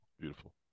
Beautiful